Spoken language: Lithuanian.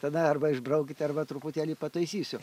tada arba išbraukite arba truputėlį pataisysiu